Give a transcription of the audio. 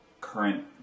current